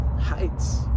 heights